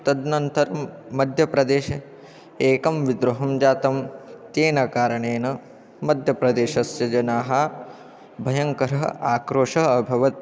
तदनन्तरं मध्यप्रदेशे एकं विद्रोहं जातं तेन कारणेन मध्यप्रदेशस्य जनाः भयङ्करः आक्रोशः अभवत्